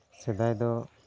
ᱥᱮᱫᱟᱭ ᱫᱚ